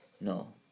No